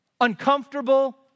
uncomfortable